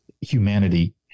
humanity